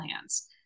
hands